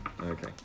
Okay